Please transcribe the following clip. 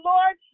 Lord